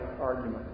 argument